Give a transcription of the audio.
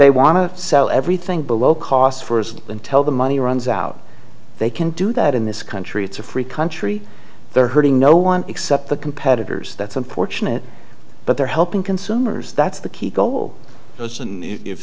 they want to sell everything below cost first then tell the money runs out they can do that in this country it's a free country they're hurting no one except the competitors that's importunate but they're helping consumers that's the key goal